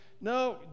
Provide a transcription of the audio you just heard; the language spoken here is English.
No